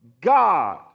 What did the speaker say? God